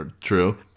True